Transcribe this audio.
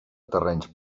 terrenys